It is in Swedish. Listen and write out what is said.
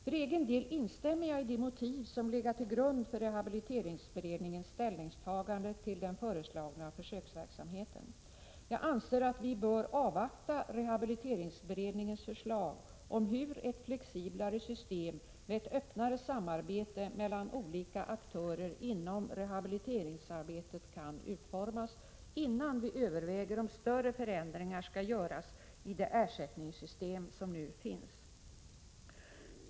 För egen del instämmer jag i de motiv som legat till grund för rehabiliteringsberedningens ställningstagande till den föreslagna försöksverksamheten. Jag anser att vi bör avvakta rehabiliteringsberedningens förslag om hur ett flexiblare system med ett öppnare samarbete mellan olika aktörer inom rehabiliteringsarbetet kan utformas innan vi överväger om större förändringar skall göras i det ersättningssystem som nu finns.